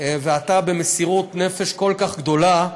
ואתה, במסירות נפש כל כך גדולה,